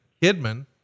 Kidman